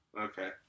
Okay